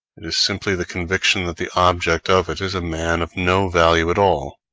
it is simply the conviction that the object of it is a man of no value at all.